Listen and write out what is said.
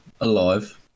alive